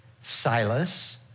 Silas